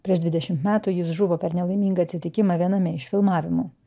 prieš dvidešimt metų jis žuvo per nelaimingą atsitikimą viename iš filmavimų